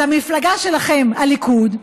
אז המפלגה שלכם, הליכוד,